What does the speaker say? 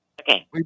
Okay